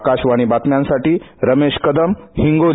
आकाशवाणी बातम्यांसाठी रमेश कदम हिंगोली